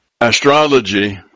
astrology